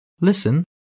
Listen